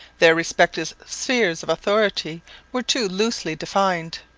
their respective spheres of authority were too loosely defined.